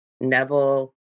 Neville